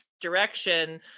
direction